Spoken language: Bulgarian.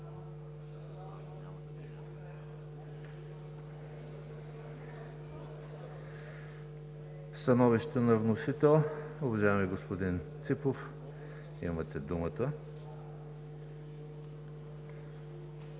Становище на вносител – уважаеми господин Ципов, имате думата.